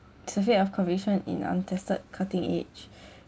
surfeit of conviction in untested cutting edge